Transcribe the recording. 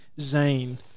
Zane